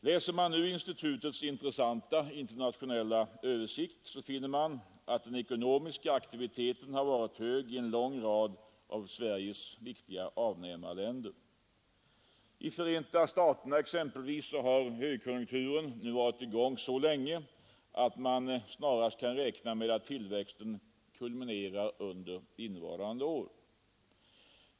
Men om man nu läser institutets intressanta internationella översikt, så finner man att den ekonomiska aktiviteten har varit hög i en lång rad av Sveriges viktiga avnämarländer. I Förenta staterna har exempelvis högkonjunkturen nu varit i gång så länge att man snarast kan räkna med att tillväxten kulminerar under innevarande år.